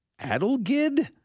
Adelgid